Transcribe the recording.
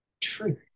truth